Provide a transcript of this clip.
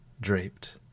draped